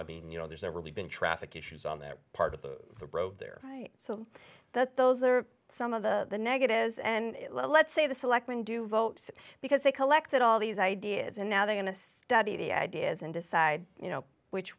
i mean you know there's never really been traffic issues on their part of the road there right so that those are some of the negatives and let's say the selectmen do vote because they collected all these ideas and now they're going to study the ideas and decide you know which